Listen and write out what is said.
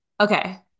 Okay